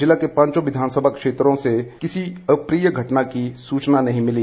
जिला के पांचों विधानसभा क्षेत्रों से किसी अप्रिय घटना की सूचना नहीं मिली